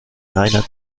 reiner